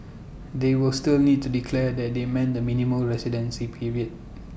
they will still need to declare that they meant the minimum residency period